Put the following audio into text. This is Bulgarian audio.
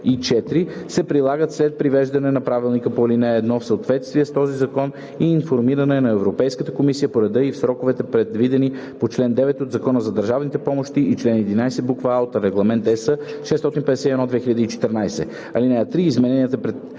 и 4 се прилагат след привеждане на правилника по ал. 1 в съответствие с този закон и информиране на Европейската комисия по реда и в сроковете, предвидени в чл. 9 от Закона за държавните помощи и чл. 11, буква „а“ от Регламент (ЕС) № 651/2014. (3) Измененията, предвидени